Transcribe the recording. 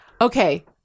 Okay